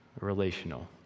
relational